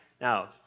Now